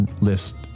list